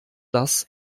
das